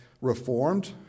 Reformed